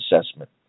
assessment